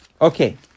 Okay